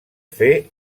fer